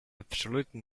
absolutely